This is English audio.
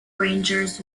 rangers